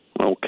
Okay